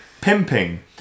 pimping